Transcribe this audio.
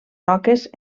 roques